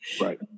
Right